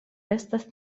estas